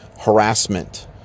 harassment